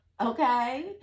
Okay